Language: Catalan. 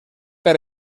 per